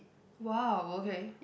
!wow! okay